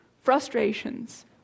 frustrations